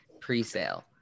pre-sale